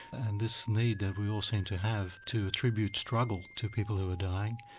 and this need that we all seem to have to attribute struggle to people who are dying,